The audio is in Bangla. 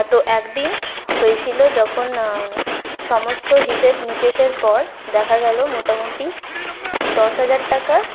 তো একদিন হয়েছিলো যখন সমস্ত হিসেব নিকেশের পর দেখা গেল মোটামুটি দশ হাজার টাকার